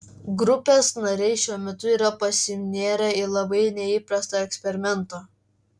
grupės nariai šiuo metu yra pasinėrę į labai neįprastą eksperimentą